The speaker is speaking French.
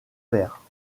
père